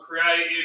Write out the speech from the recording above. creative